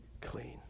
clean